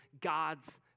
God's